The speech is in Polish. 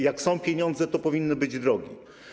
Jak są pieniądze, to powinny być drogi.